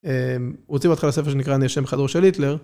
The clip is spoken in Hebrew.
המ, רוצים אותך לספר שנקרא אני ישן בחדרו של היטלר.